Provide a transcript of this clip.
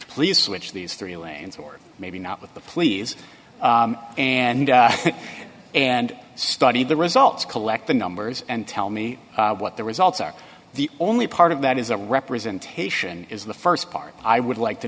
police which these three lanes or maybe not with the please and and studied the results collect the numbers and tell me what the results are the only part of that is a representation is the st part i would like to